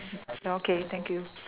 ya okay thank you